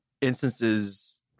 instances